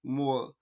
more